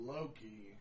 Loki